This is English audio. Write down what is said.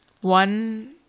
one